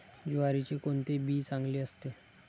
ज्वारीचे कोणते बी चांगले असते?